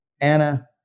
Anna